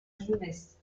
jeunesse